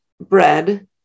bread